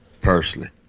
personally